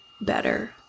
better